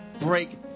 break